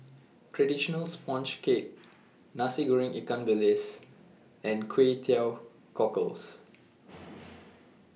Traditional Sponge Cake Nasi Goreng Ikan Bilis and Kway Teow Cockles